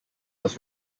was